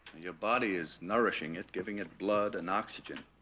your body is nourishing it giving it blood and oxygen